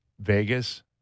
Vegas